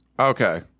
Okay